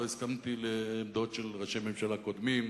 לא הסכמתי לעמדות של ראשי ממשלה קודמים,